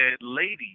lady